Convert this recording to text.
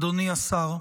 אדוני השר,